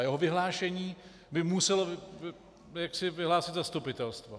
Jeho vyhlášení by muselo vyhlásit zastupitelstvo.